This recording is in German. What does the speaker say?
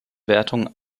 wertung